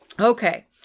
Okay